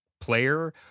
player